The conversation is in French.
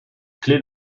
clé